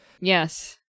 Yes